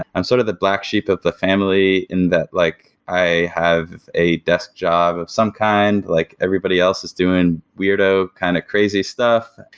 i'm sort of the black sheep of the family in that like i have a desk job of some kind. like everybody else is doing weirdo kind of crazy stuff.